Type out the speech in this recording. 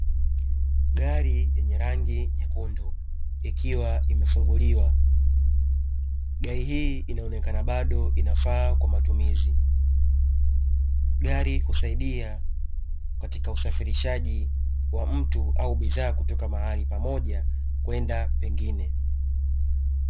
Gari yenye rangi nyekundu ikiwa imefunguliwa, gari hii inaonekana bado inafaa kwa matumizi, gari husaidia katika usafirishaji wa mtu au bidhaa kutoka mahali pamoja kwenda pengine.